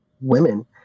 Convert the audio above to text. women